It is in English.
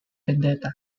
vendetta